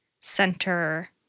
Center